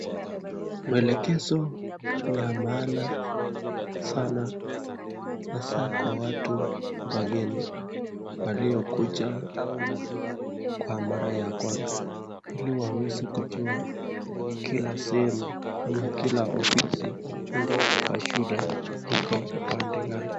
Mwelekezo ni ya maana sana kwanza kwa watu wageni waliokuja kwa mara ya kwanza ili waweze kujua kila sehemu ama kila ofisi kwa shule iko upande gani.